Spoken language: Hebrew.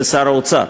זה שר האוצר.